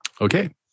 Okay